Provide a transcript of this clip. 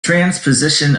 transposition